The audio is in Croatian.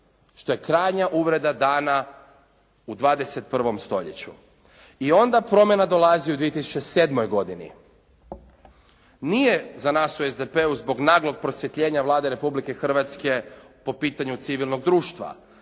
što je krajnja uvreda dana u 21. stoljeću. I onda promjena dolazi u 2007. godini. Nije za nas u SDP-u zbog naglog prosvjetljenja Vlade Republike Hrvatske po pitanju civilnog društva,